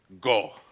go